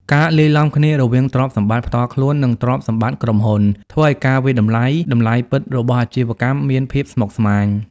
ការលាយឡំគ្នារវាងទ្រព្យសម្បត្តិផ្ទាល់ខ្លួន និងទ្រព្យសម្បត្តិក្រុមហ៊ុន ធ្វើឱ្យការវាយតម្លៃតម្លៃពិតរបស់អាជីវកម្មមានភាពស្មុគស្មាញ។